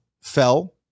fell